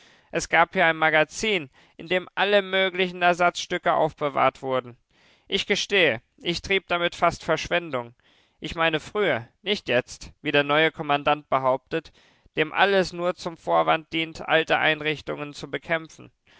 es gab hier ein magazin in dem alle möglichen ersatzstücke aufbewahrt wurden ich gestehe ich trieb damit fast verschwendung ich meine früher nicht jetzt wie der neue kommandant behauptet dem alles nur zum vorwand dient alte einrichtungen zu bekämpfen